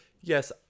yes